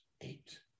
eight